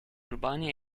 urbani